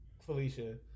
Felicia